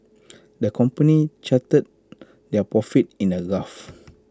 the company charted their profits in the graph